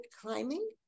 Climbing